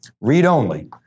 Read-only